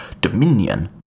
dominion